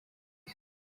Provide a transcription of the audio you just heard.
isi